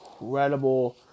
incredible